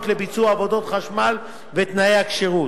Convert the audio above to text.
לביצוע עבודות חשמל ותנאי הכשירות.